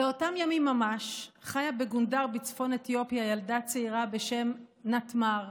באותם ימים ממש חיה בגונדר בצפון אתיופיה ילדה צעירה בשם נתמר,